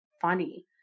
funny